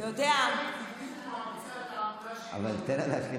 זה בדיוק כמו ערוצי